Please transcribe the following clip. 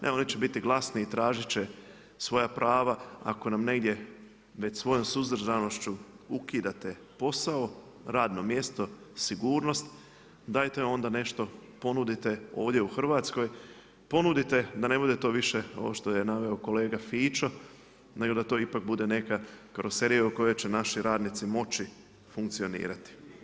Ne, oni će biti glasni i tražit će svoja prava ako nam negdje već svojoj suzdržanošću ukidate posao, radno mjesto, sigurnost, dajte onda nešto ponudite ovdje u Hrvatskoj. ponudite da ne bude to više ovo što je naveo kolega Fićo, nego da to ipak bude neka karoserija u kojoj će naši radnici moći funkcionirati.